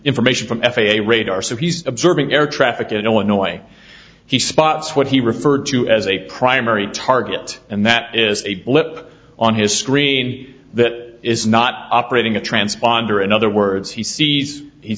information from f a a radar so he's observing air traffic in illinois he spots what he referred to as a primary target and that is a blip on his screen that is not operating a transponder in other words he sees he